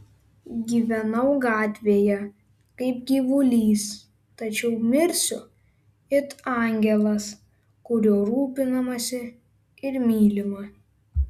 gyvenau gatvėje kaip gyvulys tačiau mirsiu it angelas kuriuo rūpinamasi ir mylima